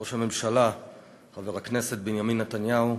ראש הממשלה חבר הכנסת בנימין נתניהו,